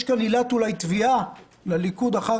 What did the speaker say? יש כאן אולי עילת תביעה לליכוד אחר